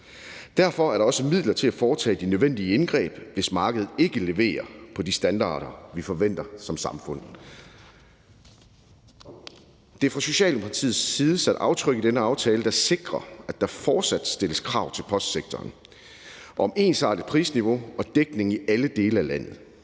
Derfor er der også midler til at foretage de nødvendige indgreb, hvis markedet ikke leverer til de standarder, vi forventer som samfund. Der er fra Socialdemokratiets side sat aftryk i denne aftale, der sikrer, at der fortsat stilles krav til postsektoren om ensartet prisniveau og dækning i alle dele af landet,